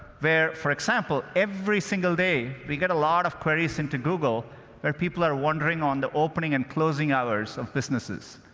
where, for example, every single day we get a lot of queries into google where people are wondering on the opening and closing hours of businesses.